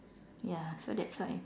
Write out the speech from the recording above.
ya so that's why